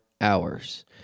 hours